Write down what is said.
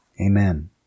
amen